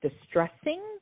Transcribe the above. distressing